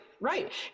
Right